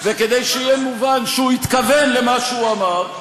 וכדי שיהיה מובן שהוא התכוון למה שהוא אמר,